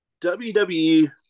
wwe